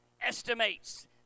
estimates